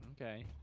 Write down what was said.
okay